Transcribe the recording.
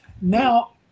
Now